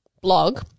blog